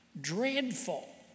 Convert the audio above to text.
dreadful